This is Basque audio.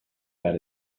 behar